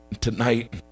Tonight